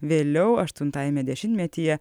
vėliau aštuntajame dešimtmetyje